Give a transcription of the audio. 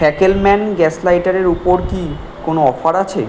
Fackelmann gas লাইটারের ওপর কি কোনও অফার আছে